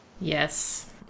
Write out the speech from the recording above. Yes